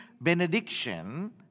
benediction